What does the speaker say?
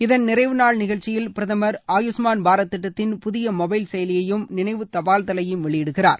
இதன் நிறைவு நாள் நிகழ்ச்சியில் பிரதமர் ஆயுஷ்மான் பாரத் திட்டத்தின் புதிய மொபைல் செயலியையும் நினைவு தபால் தலையையும் வெளியிடுகிறார்